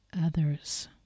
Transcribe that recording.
others